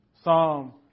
Psalm